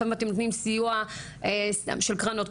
לפעמים אתם נותנים סיוע של קרנות,